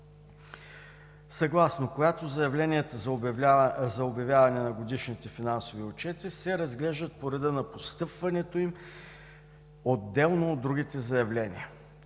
съгласно която заявленията за обявяване на годишните финансови отчети се разглеждат по реда на постъпването им отделно от другите заявления.